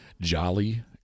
jolly